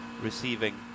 Receiving